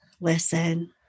Listen